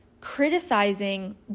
criticizing